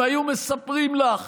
אם היו מספרים לך